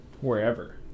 wherever